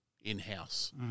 in-house